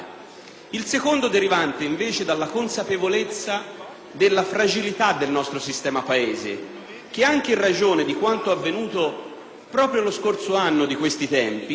Il secondo, derivante invece dalla consapevolezza della fragilità del nostro sistema Paese che, anche in ragione di quanto avvenuto proprio lo scorso anno di questi tempi,